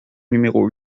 numéro